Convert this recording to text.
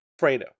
Fredo